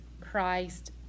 christ